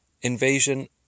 invasion